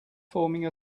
forming